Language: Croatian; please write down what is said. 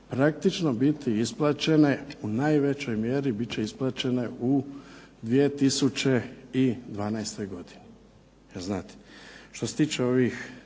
praktično biti isplaćene, u najvećoj mjeri bit će isplaćene u 2012. godini.